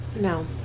No